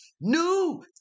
new